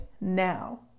now